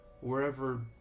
Wherever